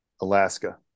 Alaska